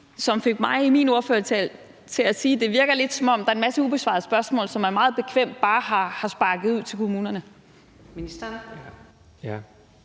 som fik mig i min ordførertale til at sige, at det lidt virker, som om der er en masse ubesvarede spørgsmål, som det har været meget bekvemt bare at sparke ud til kommunerne.